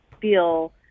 feel